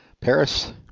Paris